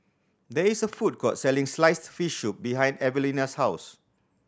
there is a food court selling sliced fish soup behind Evelena's house